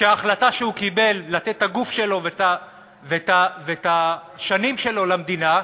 שההחלטה שהוא קיבל לתת את הגוף שלו ואת השנים שלו למדינה,